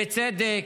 בצדק?